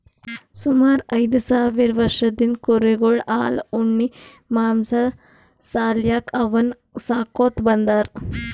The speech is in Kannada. ಸುಮಾರ್ ಐದ್ ಸಾವಿರ್ ವರ್ಷದಿಂದ್ ಕುರಿಗೊಳ್ ಹಾಲ್ ಉಣ್ಣಿ ಮಾಂಸಾ ಸಾಲ್ಯಾಕ್ ಅವನ್ನ್ ಸಾಕೋತ್ ಬಂದಾರ್